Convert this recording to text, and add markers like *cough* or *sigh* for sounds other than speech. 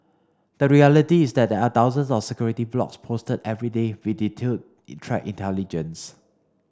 the reality is that there are thousands of security blogs posted every day with detailed *unintelligible* threat intelligence